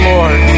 Lord